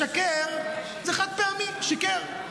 משקר זה חד-פעמי, שיקר.